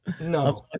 No